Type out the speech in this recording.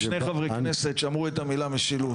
היו פה שני חברי כנסת שאמרו את המילה "משילות".